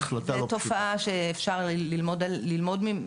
זו תופעה שאפשר ללמוד ממנה,